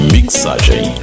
Mixagem